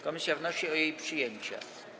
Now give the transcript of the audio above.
Komisja wnosi o jej przyjęcie.